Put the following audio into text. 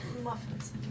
muffins